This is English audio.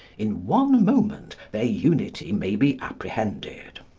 in one moment their unity may be apprehended.